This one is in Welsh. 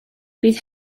bydd